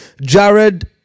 Jared